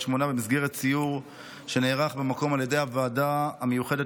שמונה במסגרת סיור שנערך במקום על ידי הוועדה המיוחדת